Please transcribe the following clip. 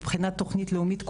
מבחינת תוכנית לאומית כולה?